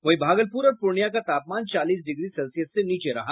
वहीं भागलपुर और पूर्णिया का तापमान चालीस डिग्री सेल्सियस से नीचे रहा